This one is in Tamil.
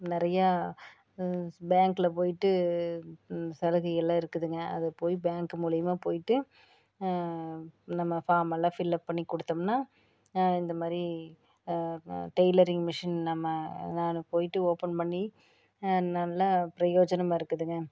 நிறைய பேங்கில் போயிட்டு சலுகைகள்லாம் இருக்குதுங்க அதை போய் பேங்க்கு மூலிமாக போயிட்டு நம்ம ஃபார்ம் எல்லாம் ஃபில்லப் பண்ணி கொடுத்தோம்னா இந்த மாதிரி டெய்லரிங் மிஷின் நம்ம போயிட்டு ஓப்பன் பண்ணி நல்லா பிரயோஜனமாக இருக்குதுங்க